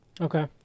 okay